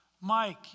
Mike